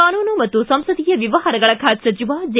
ಕಾನೂನು ಮತ್ತು ಸಂಸದೀಯ ವ್ಯವಹಾರಗಳ ಖಾತೆ ಸಚಿವ ಜೆ